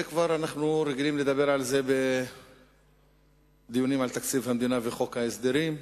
אנחנו רגילים לדבר בדיונים על תקציב המדינה וחוק ההסדרים.